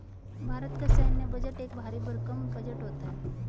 भारत का सैन्य बजट एक भरी भरकम बजट होता है